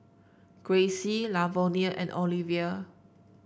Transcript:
Grayce Lavonia and Olivia